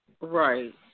Right